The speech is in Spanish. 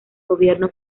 gobierno